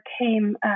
came